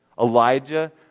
Elijah